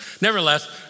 nevertheless